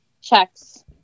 checks